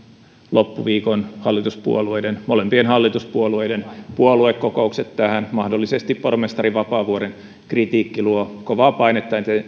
loppuviikon hallituspuolueiden molempien hallituspuolueiden puoluekokoukset tähän mahdollisesti pormestari vapaavuoren kritiikki luo kovaa painetta